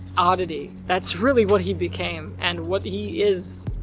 oddity. that's really what he became. and what he is,